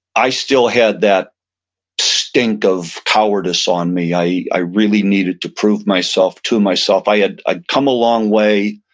i still had that stink of cowardice on me. i i really need to prove myself to myself. i had ah come a long way.